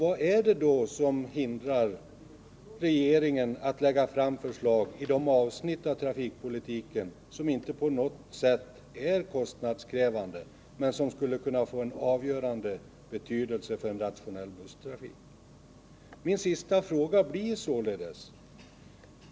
Vad är det då som hindrar regeringen att lägga fram förslag i de avsnitt av trafikpolitiken som inte på något sätt är kostnadskrävande men som skulle kunna få en avgörande betydelse för en rationell busstrafik?